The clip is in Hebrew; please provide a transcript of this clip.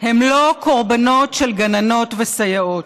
הם לא קורבנות של גננות וסייעות.